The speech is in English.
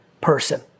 person